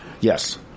Yes